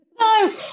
No